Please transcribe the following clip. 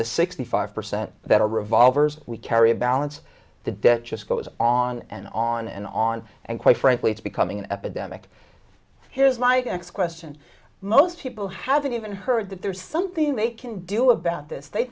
the sixty five percent that are revolvers we carry a balance the debt just goes on and on and on and quite frankly it's becoming an epidemic here's my ex question most people haven't even heard that there's something they can do about this they